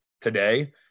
today